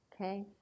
Okay